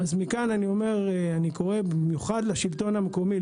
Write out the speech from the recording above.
אז מכאן אני קורא במיוחד לשלטון המקומי,